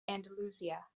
andalusia